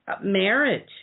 marriage